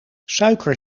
suiker